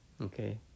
Okay